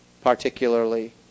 particularly